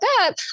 up